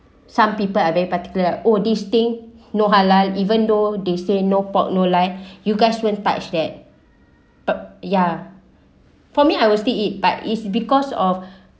some people are very particular oh this thing no halal even though they say no pork no like you guys won't touch that but ya for me I will still eat but is because of